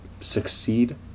succeed